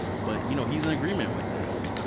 but you know he's in agreement with this.